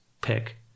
pick